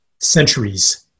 centuries